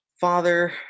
father